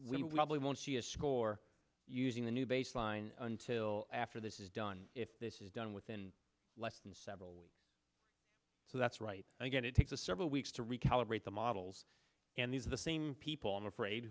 will probably won't see a score using the new baseline until after this is done if this is done within less than several weeks so that's right and again it takes a several weeks to recalibrate the models and these are the same people i'm afraid